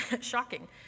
shocking